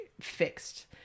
fixed